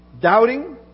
Doubting